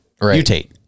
mutate